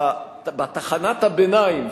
בתחנת הביניים,